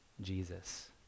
Jesus